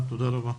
תודה רבה.